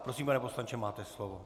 Prosím, pane poslanče, máte slovo.